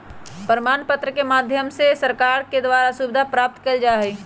प्रमाण पत्र के माध्यम से सरकार के द्वारा सुविधा प्राप्त कइल जा हई